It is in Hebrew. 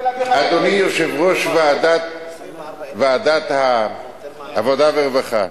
אדוני יושב-ראש ועדת העבודה והרווחה.